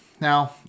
Now